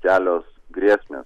realios grėsmės